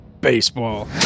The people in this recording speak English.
baseball